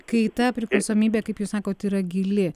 kai ta priklausomybė kaip jūs sakot yra gili